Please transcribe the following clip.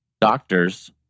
doctors